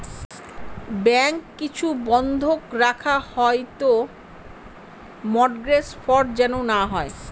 bank কিছু বন্ধক রাখা হয় তো মর্টগেজ ফ্রড যেন না হয়